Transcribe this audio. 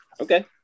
Okay